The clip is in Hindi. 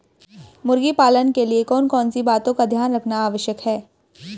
मुर्गी पालन के लिए कौन कौन सी बातों का ध्यान रखना आवश्यक है?